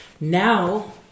Now